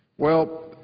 well,